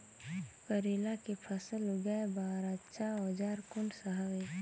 करेला के फसल उगाई बार अच्छा औजार कोन सा हवे?